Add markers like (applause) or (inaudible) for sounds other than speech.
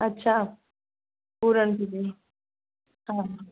अछा (unintelligible) हा